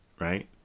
right